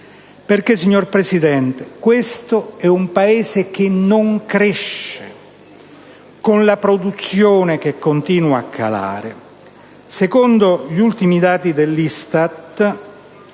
Signor Presidente, questo è un Paese che non cresce, con una produzione che continua a calare. Secondo gli ultimi dati dell'ISTAT